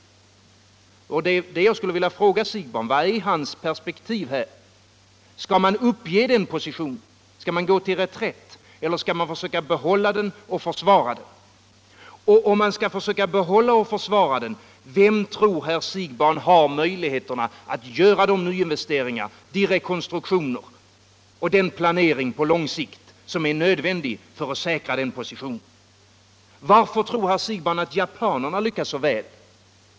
Jag skulle vilja fråga herr Siegbahn vad hans perspektiv är här. Skall man uppge den positionen? Skall man gå till reträtt eller skall man försöka behålla den och försvara den? Om man skall försöka behålla och försvara den, vem tror herr Siegbahn har möjligheter att göra de nyinvesteringar, de rekonstruktioner och den planering på lång sikt som är nödvändig för att säkra den positionen? Varför tror herr Siegbahn att japanerna lyckats så väl?